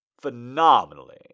Phenomenally